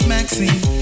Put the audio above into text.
Maxine